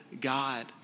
God